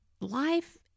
life